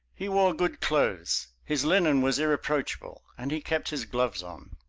he wore good clothes, his linen was irreproachable, and he kept his gloves on.